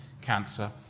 cancer